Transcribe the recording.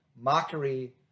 mockery